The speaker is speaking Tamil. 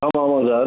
ஆமாம் ஆமாம் சார்